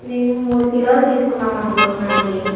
నేను మూడు కిలోలు తీసుకుందామని అనుకుంటున్నాను అండి